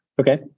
Okay